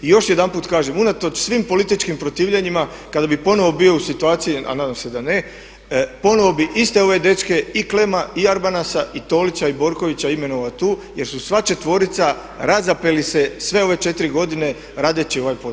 I još jedanput kažem unatoč svim političkim protivljenjima kada bi ponovno bio u situaciji, a nadam se da ne, ponovno bi iste ove dečke i Klemma, i Arbanasa, i Tolića, i Borkovića imenovao tu jer su sva četvorica razapeli se sve ove četiri godine radeći ovaj posao.